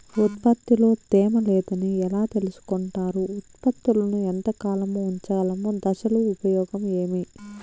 ఉత్పత్తి లో తేమ లేదని ఎలా తెలుసుకొంటారు ఉత్పత్తులను ఎంత కాలము ఉంచగలము దశలు ఉపయోగం ఏమి?